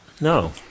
No